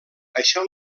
això